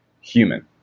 human